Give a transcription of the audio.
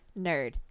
Nerd